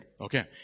Okay